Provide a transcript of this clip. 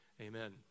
amen